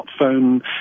smartphone